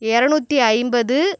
இரநூற்றி ஐம்பது